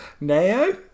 Neo